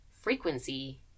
frequency